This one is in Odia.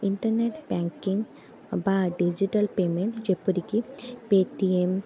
ଇଣ୍ଟରନେଟ ବ୍ୟାଙ୍କିଙ୍ଗ ବା ଡିଜିଟାଲ ପେମେଣ୍ଟ ଯେପରି କି ପେଟିଏମ୍